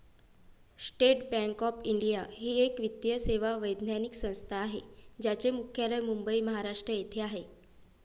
state Bank of India ही एक वित्तीय सेवा वैधानिक संस्था आहे ज्याचे मुख्यालय मुंबई, महाराष्ट्र येथे आहे